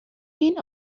been